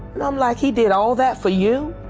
um like he did all that for you?